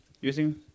using